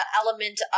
element